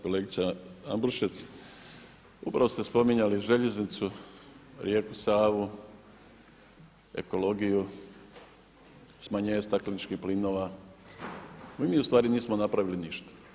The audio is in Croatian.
Kolegice Ambrušec, upravo ste spominjali željeznicu, rijeku Savu, ekologiju, smanjenje stakleničkih plinova i mi ustvari nismo napravili ništa.